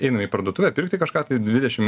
einam į parduotuvę pirkti kažką tai dvidešim